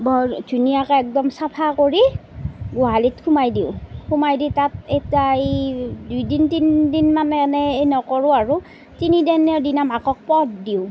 বৰ ধুনীয়াকৈ একদম চাফা কৰি গোহালিত সোমাই দিওঁ সোমাই দি তাত এই তাই দুদিন তিনিদিন মানে এনেই এই নকৰোঁ আৰু তিনিদিনৰ দিনা মাকক পদ দিওঁ